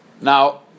Now